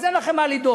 אז אין לכם מה לדאוג.